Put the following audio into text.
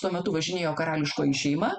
tuo metu važinėjo karališkoji šeima